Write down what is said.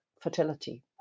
fertility